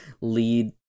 lead